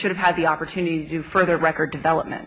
should have had the opportunity to further record development